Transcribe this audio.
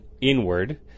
inward